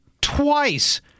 twice